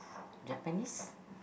Japanese